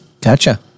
Gotcha